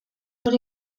hori